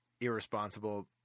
irresponsible